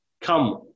Come